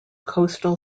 coastal